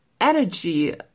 energy